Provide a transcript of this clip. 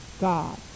God